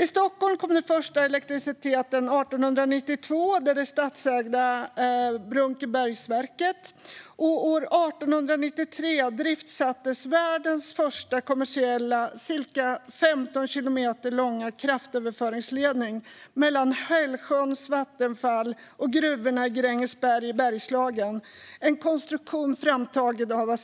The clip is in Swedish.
I Stockholm kom den första elektriciteten 1892 med det stadsägda Brunkebergsverket. År 1893 driftsattes världens första kommersiella ca 15 kilometer långa kraftöverföringsledning mellan Hällsjöns vattenfall och gruvorna i Grängesberg i Bergslagen, en konstruktion framtagen av en